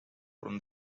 from